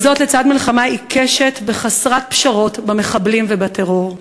וזאת לצד מלחמה עיקשת וחסרת פשרות במחבלים ובטרור.